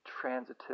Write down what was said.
transitive